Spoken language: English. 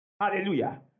Hallelujah